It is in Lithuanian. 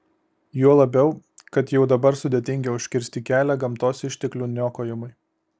juo labiau kad jau dabar sudėtinga užkirsti kelią gamtos išteklių niokojimui